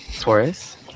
Taurus